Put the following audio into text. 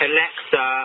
Alexa